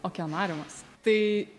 okeanariumas tai